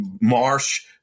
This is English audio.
Marsh